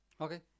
Okay